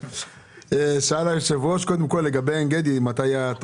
28 בנובמבר 2021. מדובר על החלטת ממשלה שרובה מאריכה